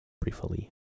briefly